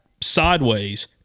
sideways